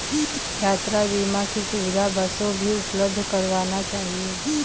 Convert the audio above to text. यात्रा बीमा की सुविधा बसों भी उपलब्ध करवाना चहिये